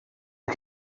you